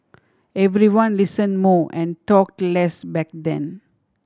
everyone listened more and talked less back then